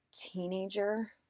teenager